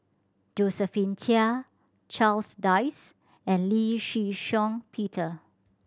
Josephine Chia Charles Dyce and Lee Shih Shiong Peter